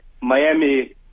Miami